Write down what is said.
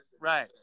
right